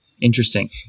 Interesting